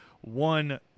one